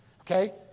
Okay